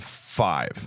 Five